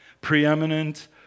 Preeminent